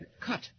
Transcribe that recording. Cut